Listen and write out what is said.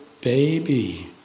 baby